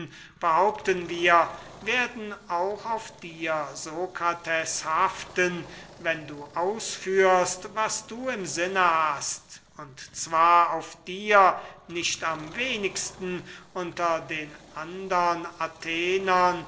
behaupten wir werden auch auf dir sokrates haften wenn du ausführst was du im sinne hast und zwar auf dir nicht am wenigsten unter den andern athenern